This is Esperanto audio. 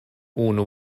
unu